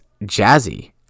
jazzy